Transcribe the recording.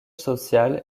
social